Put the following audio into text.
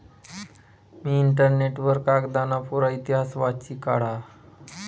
मी internet वर कागदना पुरा इतिहास वाची काढा